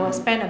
mm